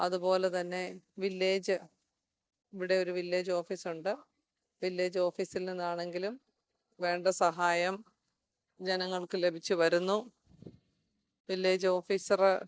അതുപോലെതന്നെ വില്ലേജ് ഇവിടെ ഒരു വില്ലേജോഫീസുണ്ട് വില്ലേജോഫീസിൽ നിന്നാണെങ്കിലും വേണ്ട സഹായം ജനങ്ങൾക്ക് ലഭിച്ചു വരുന്നു വില്ലേജ് ഓഫീസര്